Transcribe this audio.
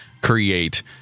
create